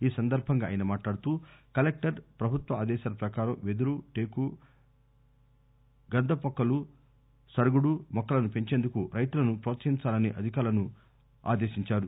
ఈ సందర్బంగా మాట్లాడుతూ కలెక్టర్ ప్రభుత్వ ఆదేశాల ప్రకారం వెదురు టేకు గంధపు మొక్కలు సరుగుడు మొక్కలను పెంచేందుకు రైతులను ప్రోత్సహించాలని అధికారులను ఆదేశించారు